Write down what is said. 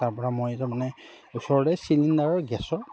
তাৰপৰা মই এতিয়া মানে ওচৰৰে চিলিণ্ডাৰৰ গেছৰ